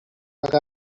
هویجم